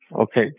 Okay